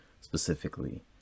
specifically